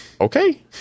Okay